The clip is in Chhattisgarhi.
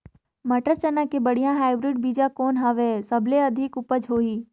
मटर, चना के बढ़िया हाईब्रिड बीजा कौन हवय? सबले अधिक उपज होही?